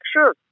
Sure